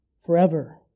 forever